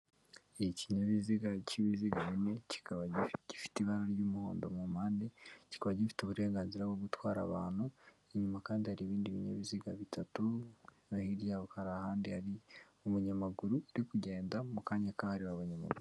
Ikinyabiziga k'ibiziga bine, kikaba gifite ibara ry'umuhondo mu mpande, kikaba gifite uburenganzira bwo gutwara abantu, inyuma kandi hari ibindi binyabiziga bitatu, naho hirya hari ahandi hari umunyamaguru, uri kugenda mu kanya kahariwe abanyamaguru.